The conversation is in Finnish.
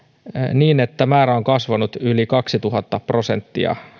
niin että määrä on kasvanut yli kaksituhatta prosenttia